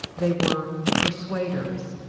they were persuaders,